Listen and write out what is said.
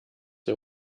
ihr